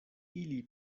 ili